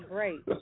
Great